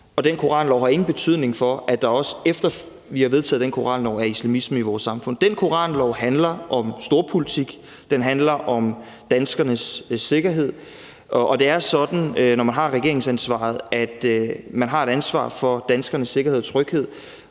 den koranlov har ingen betydning for, at der, også efter at vi har vedtaget den koranlov, er islamisme i vores samfund. Den koranlov handler om storpolitik, den handler om danskernes sikkerhed, og det er sådan, at når man har regeringsansvaret, har man et ansvar for danskernes sikkerhed og tryghed,